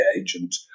agent